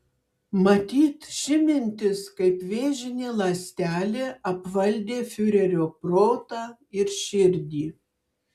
matyt ši mintis kaip vėžinė ląstelė apvaldė fiurerio protą ir širdį